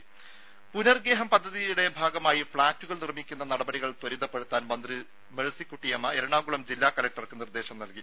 ദേദ പുനർഗേഹം പദ്ധതിയുടെ ഭാഗമായി ഫ്ളാറ്റുകൾ നിർമ്മിക്കുന്ന നടപടികൾ ത്വരിതപ്പെടുത്താൻ മന്ത്രി മേഴ്സിക്കുട്ടിയമ്മ എറണാകുളം ജില്ലാ കലക്ടർക്ക് നിർദ്ദേശം നൽകി